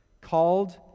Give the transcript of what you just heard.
called